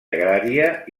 agrària